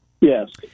Yes